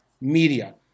media